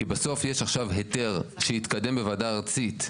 כי בסוף, יש עכשיו היתר שהתקדם בוועדה ארצית,